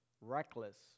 reckless